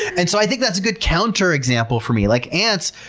and so i think that's a good counterexample for me. like ants,